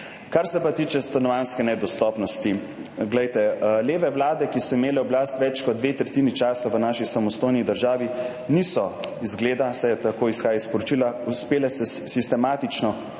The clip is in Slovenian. Kar se pa tiče stanovanjske nedostopnosti. Leve vlade, ki so imele oblast več kot dve tretjini časa v naši samostojni državi, niso, izgleda, vsaj tako izhaja iz poročila, uspele sistematično